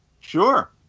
Sure